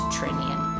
Trinian